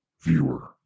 Viewer